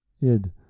Id